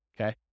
okay